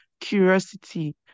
curiosity